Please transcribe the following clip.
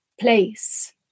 place